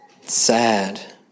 sad